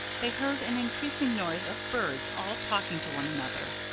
they heard an increasing noise of birds all talking to one another.